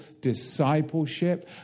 discipleship